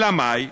אלא מאי?